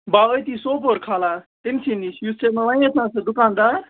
بہٕ ہا أتی سوپور کھالان تٔمۍ سٕے نِش یُس ژےٚ مےٚ وَنیتھ نا سُہ دُکاندار